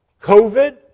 COVID